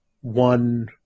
one